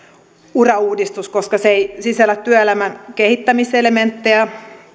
työurauudistus koska se ei sisällä työelämän kehittämiselementtejä